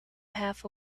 half